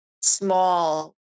small